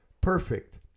perfect